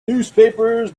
newspapers